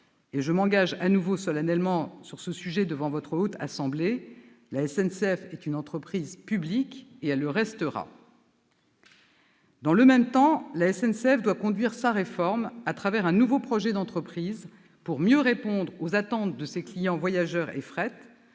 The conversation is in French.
Je m'engage de nouveau solennellement sur ce sujet devant la Haute Assemblée : la SNCF est une entreprise publique, et elle le restera. Dans le même temps, la SNCF doit conduire sa réforme, au travers d'un nouveau projet d'entreprise, pour mieux répondre aux attentes de ses clients voyageurs et fret,